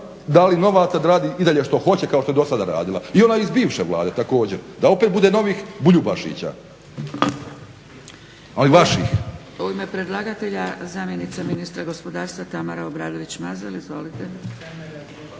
dali novaca da radi i dalje što hoće kao što je i dosada radila. I ona iz bivše Vlade također. Da opet bude novih Buljubašića, ali vaših.